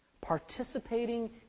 participating